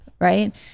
right